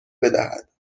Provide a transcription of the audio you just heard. بدهد